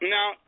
Now